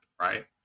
right